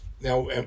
Now